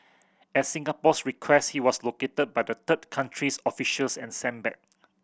at Singapore's request he was located by the third country's officials and sent back